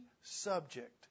subject